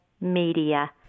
media